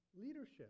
leadership